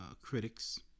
Critics